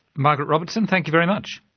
margaret robertson, thank you very much.